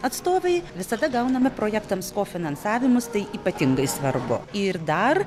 atstovai visada gauname projektams o finansavimas tai ypatingai svarbu ir dar